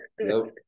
nope